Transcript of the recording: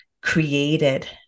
created